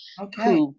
Okay